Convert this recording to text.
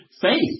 faith